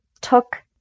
took